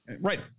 Right